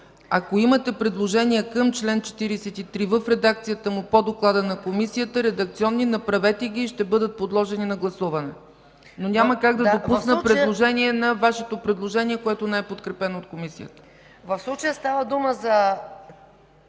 редакционни предложения към чл. 43 в редакцията му по доклада на Комисията, направете ги и ще бъдат подложени на гласуване, но няма как да допусна предложение на Вашето предложение, което не е подкрепено от Комисията. МАЯ МАНОЛОВА: В случая става дума за